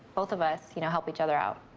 both of us, you know, help each other out.